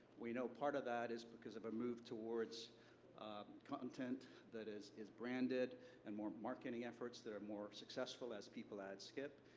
we know that part of that is because of a move towards content that is is branded and more marketing efforts that are more successful as people ad skip.